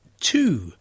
two